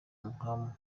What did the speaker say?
mahama